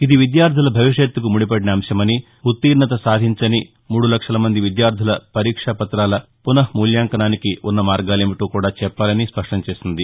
ఇది విద్యార్థుల భవిష్యత్తుకు ముడిపడిన అంశమని ఉత్తీర్ణత సాధించని మూడు లక్షల మంది విద్యార్థుల పరీక్ష పత్రాల పునఃమూల్యాంకనానికి ఉన్న మార్గాలేమిటో కూడా చెప్పాలని స్పష్టం చేసింది